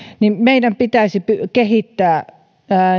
niin meidän pitäisi kehittää